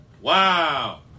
Wow